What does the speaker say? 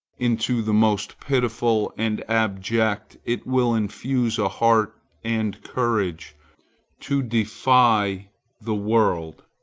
into the most pitiful and abject it will infuse a heart and courage to defy the world,